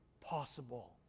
possible